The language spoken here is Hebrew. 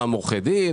גם עורכי דין,